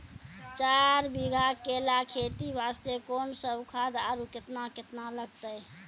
चार बीघा केला खेती वास्ते कोंन सब खाद आरु केतना केतना लगतै?